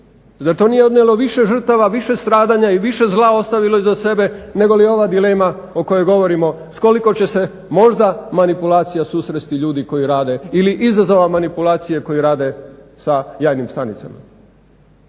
Zar to nije odnijelo više žrtava i više stradanja i više zla ostavilo iza sebe negoli ova dilema o kojoj govorimo s koliko će se možda manipulacija susresti ljudi koji rade ili izazova manipulacije koji rade sa jajnim stanicama?